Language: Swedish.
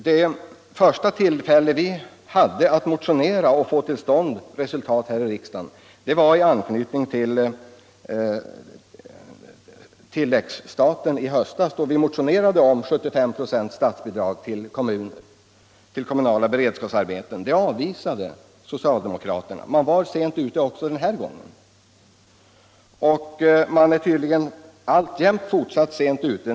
Det första tillfället vi hade att motionera och få till stånd ett resultat var i anslutning till tilläggsstaten i höstas. Vi motionerade då om 75 96 statsbidrag till kommunala beredskapsarbeten. Det förslaget avvisade socialdemokraterna då. Ni var sent ute också den gången. Socialdemokraterna är tydligen alltjämt sent ute.